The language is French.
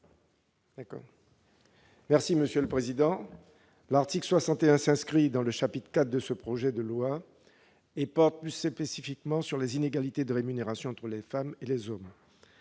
Patricia Schillinger. L'article 61 s'inscrit dans le chapitre IV de ce projet de loi et porte plus spécifiquement sur les inégalités de rémunération entre les femmes et les hommes.